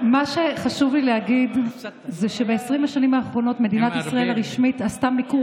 מה שחשוב לי להגיד זה שב-20 השנים האחרונות מדינת ישראל הרשמית עשתה מיקור